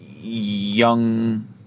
young